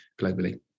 globally